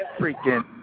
freaking